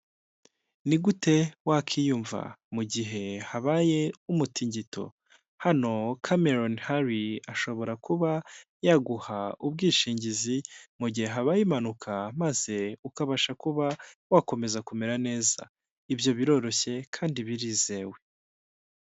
Ni gute wakwiyumva mu gihe habaye umutingito? Hano Cameron Hurley ashobora kuba yaguha ubwishingizi mu gihe habaye impanuka maze ukabasha kuba wakomeza kumera neza. Ibyo biroroshye kandi birizewe.